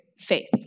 Faith